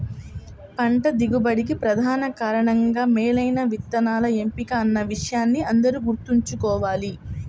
పంట దిగుబడికి ప్రధాన కారణంగా మేలైన విత్తనాల ఎంపిక అన్న విషయాన్ని అందరూ గుర్తుంచుకోవాలి